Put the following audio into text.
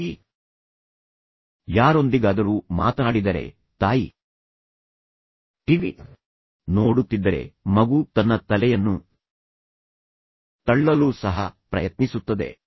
ತಾಯಿ ಯಾರೊಂದಿಗಾದರೂ ಮಾತನಾಡಿದರೆ ತಾಯಿ ಟಿವಿ ನೋಡುತ್ತಿದ್ದರೆ ಮಗು ತನ್ನ ತಲೆಯನ್ನು ತಳ್ಳಲು ಸಹ ಪ್ರಯತ್ನಿಸುತ್ತದೆ